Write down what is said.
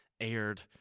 aired